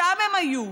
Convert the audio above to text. שם הן היו.